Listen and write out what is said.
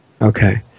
Okay